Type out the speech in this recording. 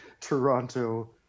Toronto